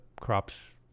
crops